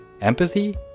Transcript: empathy